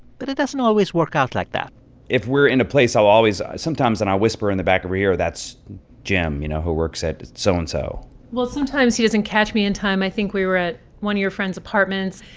but it doesn't always work out like that if we're in a place, i'll always sometimes and i'll whisper in the back of her ear, that's jim, you know, who works at so-and-so well, sometimes he doesn't catch me in time. i think we were at one of your friend's apartments.